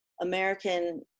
american